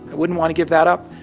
wouldn't want to give that up.